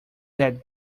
that